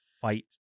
fight